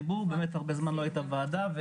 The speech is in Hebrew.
הרבה זמן לא הייתה ועדה.